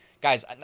guys